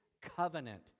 Covenant